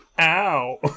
ow